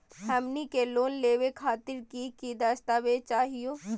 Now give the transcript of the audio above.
हमनी के लोन लेवे खातीर की की दस्तावेज चाहीयो?